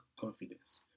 confidence